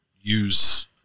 use